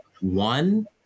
one